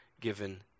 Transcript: given